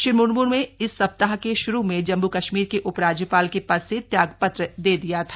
श्री मुर्मू ने इस सप्ताह के शुरू में जम्मू कश्मीर के उपराज्यपाल के पद से त्यागपत्र दे दिया था